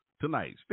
tonight